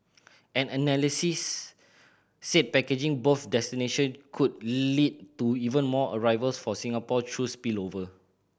an analysts said packaging both destination could lead to even more arrivals for Singapore through spillover